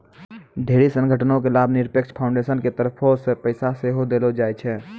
ढेरी संगठनो के लाभनिरपेक्ष फाउन्डेसन के तरफो से पैसा सेहो देलो जाय छै